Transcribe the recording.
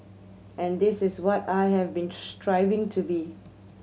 and this is what I have been striving to be